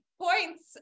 points